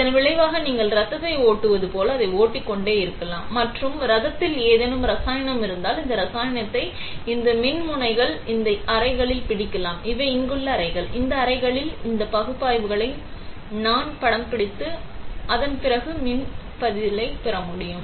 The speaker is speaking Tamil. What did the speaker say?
இதன் விளைவாக நீங்கள் இரத்தத்தை ஓட்டுவது போல அதை ஓட்டிக்கொண்டே இருக்கலாம் மற்றும் இரத்தத்தில் ஏதேனும் ரசாயனம் இருந்தால் அந்த இரசாயனத்தை இந்த மின்முனைகளில் இந்த அறைகளில் பிடிக்கலாம் இவை இங்குள்ள அறைகள் இந்த அறைகளில் இந்த பகுப்பாய்வுகளை நான் படம்பிடித்து அதன் பிறகு மின் பதிலைப் பெற முடியும்